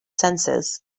senses